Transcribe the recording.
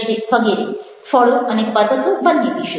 ફળો અને પર્વતો બંને વિશે